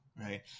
Right